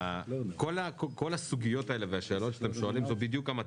כל הסוגיות והשאלות הללו שאתם שואלים זו בדיוק המטרה.